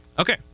Okay